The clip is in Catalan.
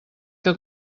que